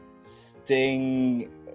Sting